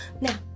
Now